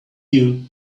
you